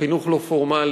חינוך לא פורמלי,